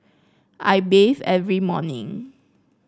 I bathe every morning